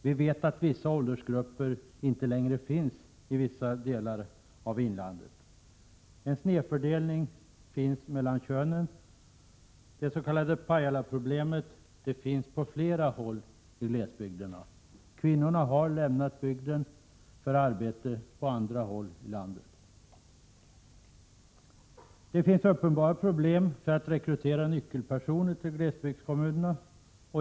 Vissa åldersgrupper finns t.ex. inte längre i somliga delar av inlandet. En snedfördelning mellan könen råder. Det s.k. Pajalaproblemet finns på flera håll i glesbygderna — kvinnorna har lämnat bygden för arbeten på andra håll i landet. Uppenbara problem råder att rekrytera nyckelpersoner till glesbygdskommunerna.